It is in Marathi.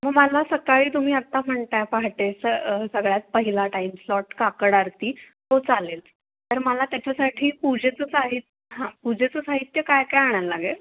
मग मला सकाळी तुम्ही आत्ता म्हणता आहे पहाटे स सगळ्यात पहिला टाईम स्लॉट काकड आरती तो चालेल तर मला त्याच्यासाठी पूजेचं साहित् हां पूजेचं साहित्य काय काय आणायला लागेल